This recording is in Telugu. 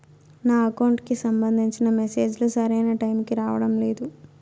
నా అకౌంట్ కి సంబంధించిన మెసేజ్ లు సరైన టైముకి రావడం లేదు